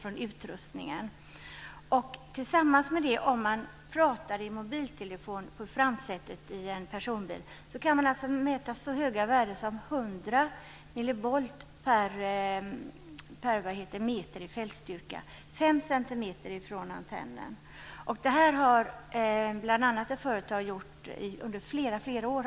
Om man i tillägg till den strålningen också talar i mobiltelefon i framsätet i en personbil kan man uppmäta så höga värden som 100 millivolt per meter i fältstyrka, fem centimeter från antennen. Det finns ett företag som har gjort sådana mätningar under flera år.